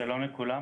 אז שלום לכולם,